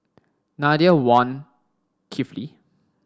Nadia Wan Kifli